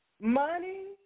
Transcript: money